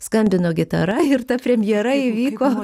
skambino gitara ir ta premjera įvyko